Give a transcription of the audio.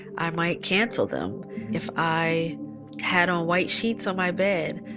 i might cancel them if i had on white sheets on my bed,